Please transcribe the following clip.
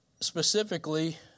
specifically